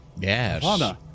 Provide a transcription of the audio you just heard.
Yes